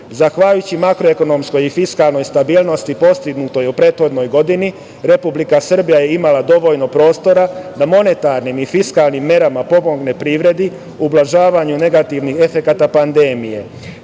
Zahvaljujući makroekonomskoj i fiskalnoj stabilnosti postignutoj u prethodnoj godini Republika Srbija je imala dovoljno prostora da monetarnim i fiskalnim merama pomogne privredi, ublažavanju negativnih efekata pandemije. Bio